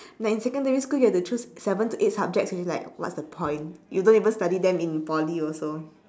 like in secondary school you have to choose seven to eight subjects which is like what's the point you don't even study them in poly also